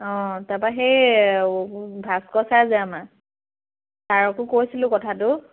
অঁ তাৰপা সেই ভাস্কৰ চাৰ যে আমাৰ চাৰকো কৈছিলোঁ কথাটো